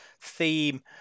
theme